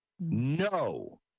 No